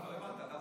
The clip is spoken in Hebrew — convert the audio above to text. לא הבנת,